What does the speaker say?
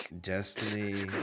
Destiny